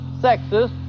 sexist